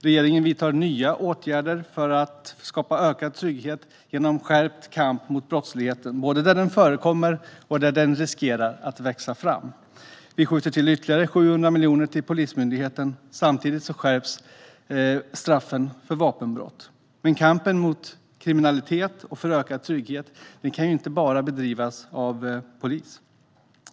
Regeringen vidtar nya åtgärder för att skapa ökad trygghet genom skärpt kamp mot brottsligheten både där den förekommer och där den riskerar att växa fram. Vi skjuter till ytterligare 700 miljoner till Polismyndigheten. Samtidigt skärps straffen för vapenbrott. Men kampen mot kriminalitet och för ökad trygghet kan inte bara bedrivas av polisen.